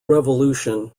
revolution